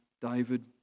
David